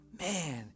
Man